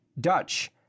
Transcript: Dutch